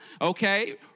okay